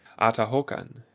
Atahokan